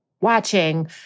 watching